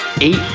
Eight